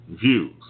views